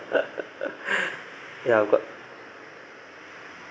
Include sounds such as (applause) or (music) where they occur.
(laughs) ya got